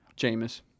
Jameis